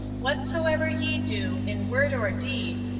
whatsoever ye do, in word or deed,